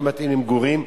והוא מתאים יותר למגורים.